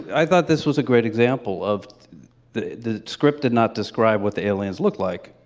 i thought this was a great example of the the script did not describe what the aliens looked like,